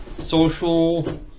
social